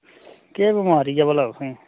केह् बमारी ऐ भला तुसेंगी